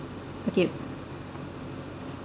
okay